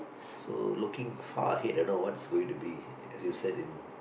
so looking far ahead and all is going to be as you said in